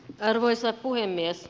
arvoisa puhemies